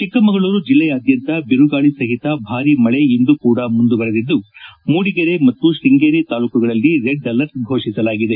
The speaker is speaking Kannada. ಚಿಕ್ಕಮಗಳೂರು ಜಿಲ್ಲೆಯಾದ್ಯಂತ ಬಿರುಗಾಳಿ ಸಹಿತ ಭಾರೀ ಮಳಿ ಇಂದು ಕೂಡ ಮುಂದುವೆರೆದಿದ್ದು ಮೂಡಿಗೆರೆ ಮತ್ತು ಶೃಂಗೇರಿ ತಾಲೂಕುಗಳಲ್ಲಿ ರೆಡ್ ಅಲರ್ಟ್ ಘೋಷಿಸಲಾಗಿದೆ